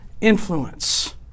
influence